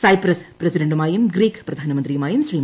Cyprus പ്രസിഡന്റുമായും Greek പ്രധാനമന്ത്രിയുമായും ശ്രീ